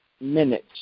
minutes